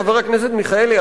חבר הכנסת מיכאלי,